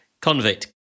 convict